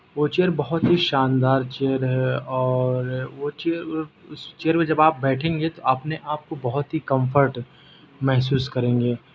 وہ چیئر بہت ہی شاندار چیئر ہے اور وہ چیئر اس چیئر پہ جب آپ بیٹھیں گے تو اپنے آپ کو بہت ہی کمفرٹ محسوس کریں گے